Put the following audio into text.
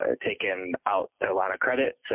ah taken out their line of credit. so